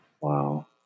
Wow